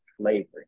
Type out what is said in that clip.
slavery